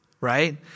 Right